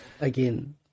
again